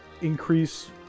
increase